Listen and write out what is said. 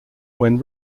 when